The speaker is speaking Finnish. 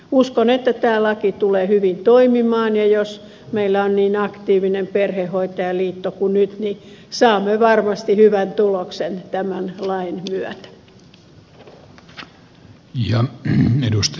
uskon että tämä laki tulee hyvin toimimaan ja jos meillä on niin aktiivinen perhehoitoliitto kuin nyt niin saamme varmasti hyvän tuloksen tämän lain myötä